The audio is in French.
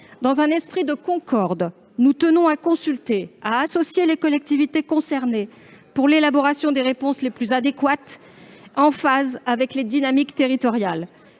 Dans un esprit de concorde, nous tenons à consulter et à associer les collectivités concernées dans l'élaboration des réponses les plus adéquates en phase avec les dynamiques territoriales.